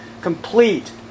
complete